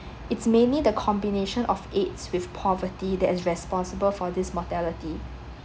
it's mainly the combination of A_I_D_S with poverty that's responsible for this mortality